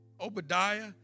Obadiah